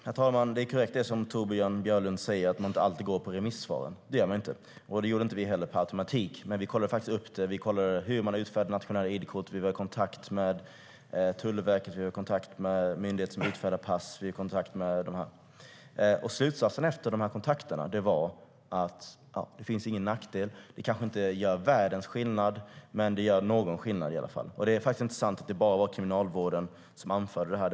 Herr talman! Torbjörn Björlund säger att man inte alltid går efter remissvaren. Och det är korrekt. Det gör man inte. Det gjorde inte vi heller per automatik. Men vi kollade upp det. Vi kollade hur nationella id-kort utfärdas. Vi var i kontakt med Tullverket, och vi var i kontakt med myndigheten som utfärdar pass. Och slutsatsen efter de kontakterna var att det inte finns någon nackdel. Det kanske inte gör världens skillnad. Men det gör någon skillnad i alla fall. Det är inte sant att det bara var Kriminalvården som anförde det här.